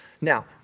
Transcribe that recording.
now